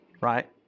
right